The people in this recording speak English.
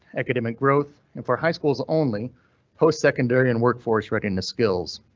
academic growth and for high schools only postsecondary and workforce readiness skills.